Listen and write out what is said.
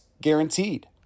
guaranteed